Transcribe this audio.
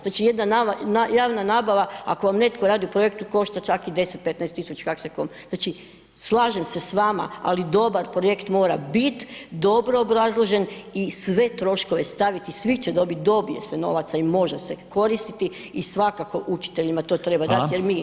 Znači jedna javna nabava, ako vam netko radi u projektu košta čak i 10-15.000 kak se kome, znači slažem se s vama ali dobar projekt mora bit dobro obrazložen i sve troškove staviti, svi će dobiti, dobije se novaca i može se koristiti i svakako učiteljima to treba dati jer mi [[Upadica: Hvala.]] Evo, hvala.